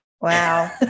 Wow